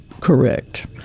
correct